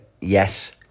yes